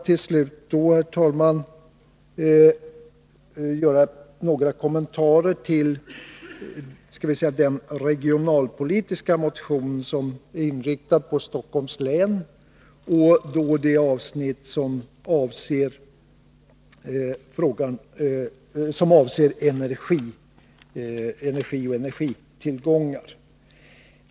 Till slut vill jag göra några kommentarer till den regionalpolitiska motion som gäller Stockholms län — det avsnitt som avser energi och energitillgångar.